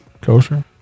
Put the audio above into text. Kosher